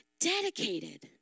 dedicated